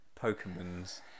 Pokemons